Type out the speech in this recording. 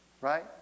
right